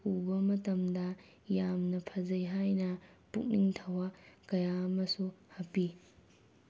ꯎꯕ ꯃꯇꯝꯗ ꯌꯥꯝꯅ ꯐꯖꯩ ꯍꯥꯏꯅ ꯄꯨꯛꯅꯤꯡ ꯊꯧꯅꯥ ꯀꯌꯥ ꯑꯃꯁꯨ ꯍꯥꯞꯄꯤ